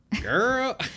Girl